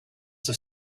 have